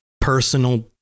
personal